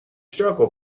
struggle